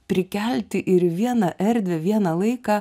prikelti ir vieną erdvę vieną laiką